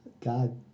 God